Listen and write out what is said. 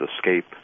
escape